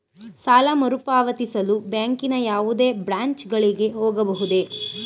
ಸಾಲ ಮರುಪಾವತಿಸಲು ಬ್ಯಾಂಕಿನ ಯಾವುದೇ ಬ್ರಾಂಚ್ ಗಳಿಗೆ ಹೋಗಬಹುದೇ?